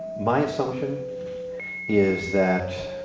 my assumption is that